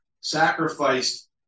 sacrificed